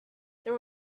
there